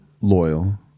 loyal